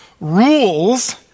rules